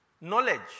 Knowledge